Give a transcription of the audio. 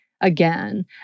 again